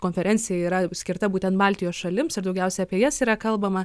konferencija yra skirta būtent baltijos šalims ir daugiausiai apie jas yra kalbama